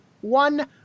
One